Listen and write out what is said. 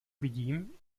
vidím